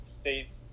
State's